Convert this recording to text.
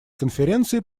конференции